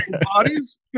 bodies